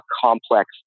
complex